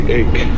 ache